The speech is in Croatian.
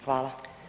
Hvala.